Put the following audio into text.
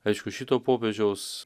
aišku šito popiežiaus